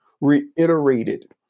reiterated